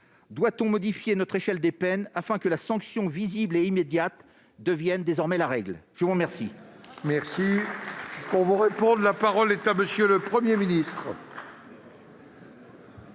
Doit-on modifier notre échelle des peines afin que la sanction visible et immédiate devienne désormais la règle ? La parole